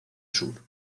sur